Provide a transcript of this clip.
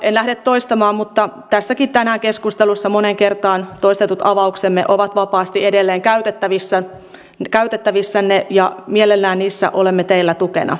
enkä lähde toistamaan mutta tänään tässäkin keskustelussa moneen kertaan toistetut avauksemme ovat vapaasti edelleen käytettävissänne ja mielellämme niissä olemme teille tukena